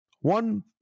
One